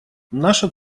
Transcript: наша